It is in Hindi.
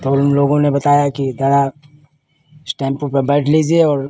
तो उन लोगों ने बताया कि दादा इस टैम्पू पर बैठ लीजिए और